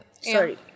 Sorry